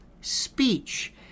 speech